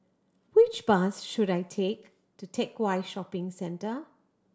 which bus should I take to Teck Whye Shopping Centre